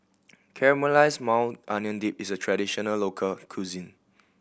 Caramelized Maui Onion Dip is a traditional local cuisine